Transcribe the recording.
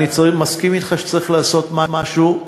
אני מסכים אתך שצריך לעשות משהו,